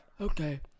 Okay